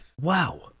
Wow